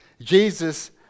Jesus